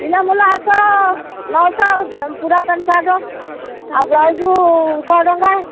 ନଅଶହ ପୁରା pant shirt ଆଉ ବ୍ଲାଉଜ୍କୁ ଶହେ ଟଙ୍କା